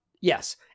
Yes